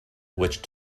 which